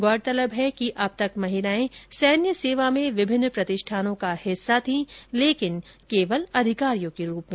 गौरतलब है कि अब तक महिलाए सैन्य सेवा में विभिन्न प्रतिष्ठानों का हिस्सा थीं लेकिन केवल अधिकारियों के रूप में